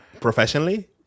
professionally